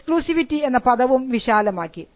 exclusivity എന്ന പദവും വിശാലമാക്കി